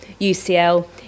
UCL